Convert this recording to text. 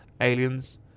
Aliens